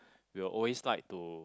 we'll always like to